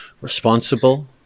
responsible